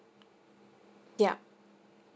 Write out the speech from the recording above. yeah